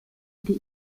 des